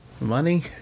Money